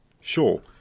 sure